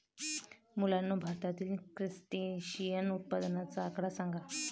मुलांनो, भारतातील क्रस्टेशियन उत्पादनाचा आकडा सांगा?